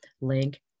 link